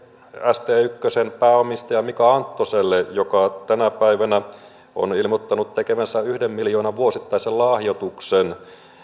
st yhden pääomistaja mika anttoselle joka tänä päivänä on ilmoittanut tekevänsä yhden miljoonan vuosittaisen lahjoituksen